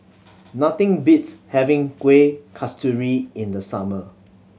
nothing beats having Kuih Kasturi in the summer